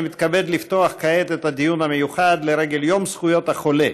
אני מתכבד לפתוח כעת את הדיון המיוחד לרגל יום זכויות החולה,